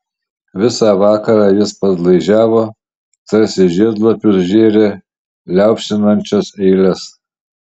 visą vakarą jis padlaižiavo tarsi žiedlapius žėrė liaupsinančias eiles